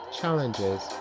challenges